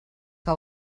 que